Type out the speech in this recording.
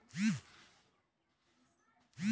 कम समय में पूरा होखे वाला कवन प्लान बा?